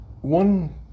one